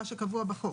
מה שקבוע בחוק.